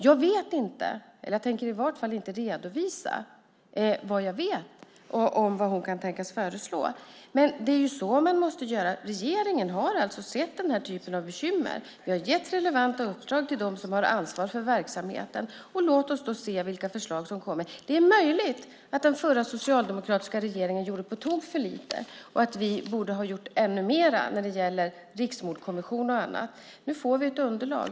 Jag vet inte - jag tänker i vart fall inte redovisa vad jag vet om det - vad hon kan tänkas föreslå. Men det är så man måste göra. Regeringen har alltså sett den här typen av bekymmer. Vi har gett relevanta uppdrag till dem som har ansvar för verksamheten. Låt oss då se vilka förslag som kommer. Det är möjligt att den förra socialdemokratiska regeringen gjorde på tok för lite och att vi borde ha gjort ännu mer när det gäller Riksmordkommissionen och annat. Nu får vi ett underlag.